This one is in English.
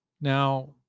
now